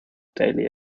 daily